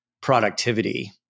productivity